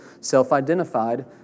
self-identified